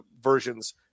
versions